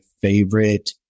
favorite